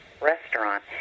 restaurant